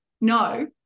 no